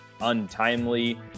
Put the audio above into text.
untimely